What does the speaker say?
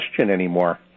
anymore